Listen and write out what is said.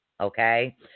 Okay